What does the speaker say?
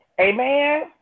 Amen